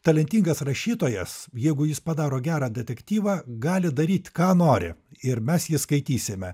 talentingas rašytojas jeigu jis padaro gerą detektyvą gali daryt ką nori ir mes jį skaitysime